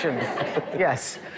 Yes